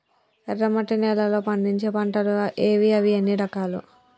ఎర్రమట్టి నేలలో పండించే పంటలు ఏవి? అవి ఎన్ని రకాలు?